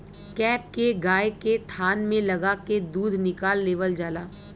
cap के गाय के थान में लगा के दूध निकाल लेवल जाला